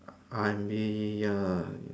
I mean ya